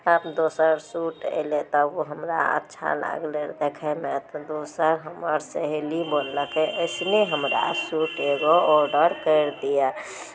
आब दोसर सूट अयलै तब ओ हमरा अच्छा लागलै देखयमे तऽ दोसर हमर सहेली बोललकै ऐसने हमरा सूट एगो ऑर्डर करि दिअ